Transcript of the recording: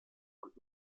und